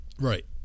right